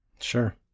Sure